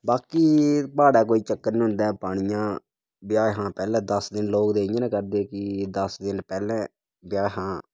बाकी प्हाड़ा कोई चक्कर नी होंदा ऐ पानिया ब्याएं हा पैह्लै दस दिन लोक ते इ'यां गै करदे कि दस दिन पैह्ले ब्याह् हा